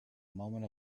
moment